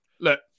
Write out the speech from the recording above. Look